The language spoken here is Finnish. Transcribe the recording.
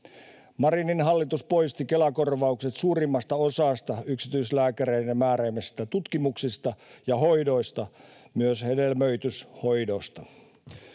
Marinin hallitus poisti Kela-korvaukset suurimmasta osasta yksityislääkäreiden määräämistä tutkimuksista ja hoidoista, myös hedelmöityshoidoista.